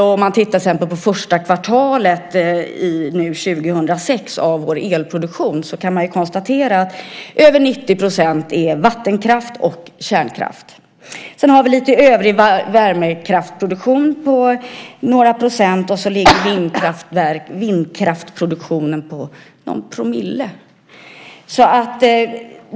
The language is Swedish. Men om man tittar på Sveriges elproduktion under första kvartalet 2006 kan man konstatera att över 90 % är vattenkraft och kärnkraft. Sedan har vi lite övrig värmekraftproduktion på några procent. Och vindkraftproduktionen uppgår till någon promille.